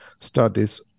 studies